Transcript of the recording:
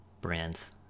brands